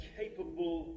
capable